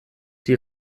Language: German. die